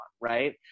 right